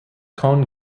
cohn